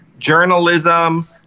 Journalism